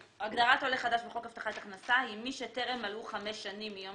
הגדרת "עולה חדש" בחוק הבטחת הכנסה היא: מי שטרם מלאו חמש שנים מיום